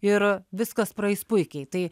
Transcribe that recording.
ir viskas praeis puikiai tai